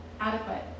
adequate